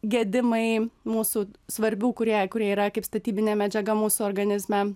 gedimai mūsų svarbių kurie kurie yra kaip statybinė medžiaga mūsų organizme